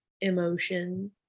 emotion